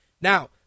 Now